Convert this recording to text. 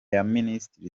y’abaminisitiri